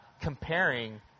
comparing